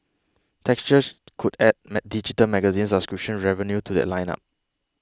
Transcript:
textures could add digital magazine subscription revenue to that lineup